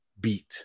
beat